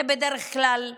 וזה בדרך כלל נשים.